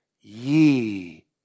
ye